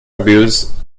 abuse